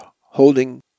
holding